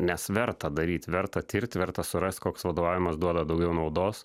nes verta daryt verta tirt verta surast koks vadovavimas duoda daugiau naudos